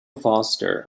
foster